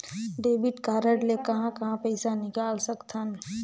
Debit card ले कहां कहां पइसा निकाल सकथन?